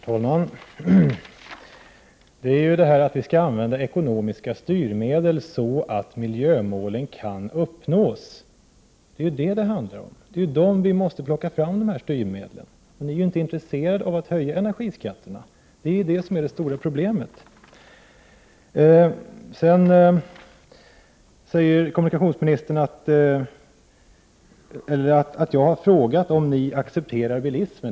Herr talman! Det är detta att vi skall använda ekonomiska styrmedel, så att miljömålet kan uppnås, som det handlar om. Det är de styrmedlen vi måste plocka fram. Ni är inte intresserade av att höja energiskatterna. Det är det som är det stora problemet. Kommunikationsministern säger att jag har frågat om ni accepterar bilismen.